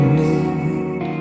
need